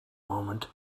moment